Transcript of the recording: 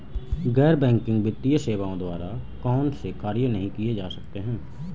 गैर बैंकिंग वित्तीय सेवाओं द्वारा कौनसे कार्य नहीं किए जा सकते हैं?